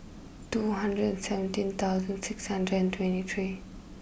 two hundred and seventeen thousand six hundred and twenty three